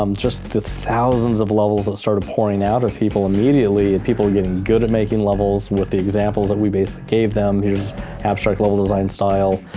um just the thousands of levels that started pouring out of people immediately and people getting good at making levels with the examples that we basically gave them, it was abstract level design style.